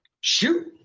Shoot